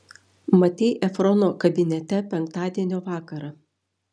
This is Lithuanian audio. matei efrono kabinete penktadienio vakarą